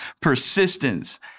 persistence